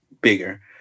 bigger